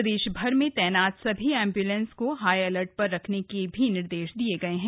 प्रदेश भर में तैनात सभी एम्बुलेंस को हाई एलर्ट पर रखने के भी निर्देश दिये गये हैं